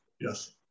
Yes